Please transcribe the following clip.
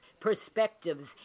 perspectives